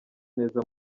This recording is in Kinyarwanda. neza